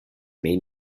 made